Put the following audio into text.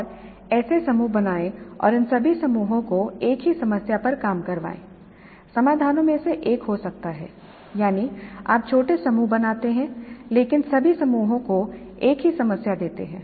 और ऐसे समूह बनाएं और इन सभी समूहों को एक ही समस्या पर काम करवाएं समाधानों में से एक हो सकता है यानी आप छोटे समूह बनाते हैं लेकिन सभी समूहों को एक ही समस्या देते हैं